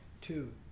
two